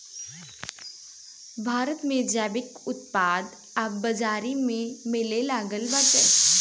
भारत में जैविक उत्पाद अब बाजारी में मिलेलागल बाटे